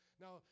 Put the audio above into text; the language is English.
Now